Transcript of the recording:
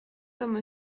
comme